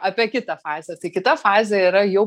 apie kitą fazę tai kita fazė yra jau